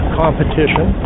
competition